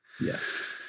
Yes